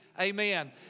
amen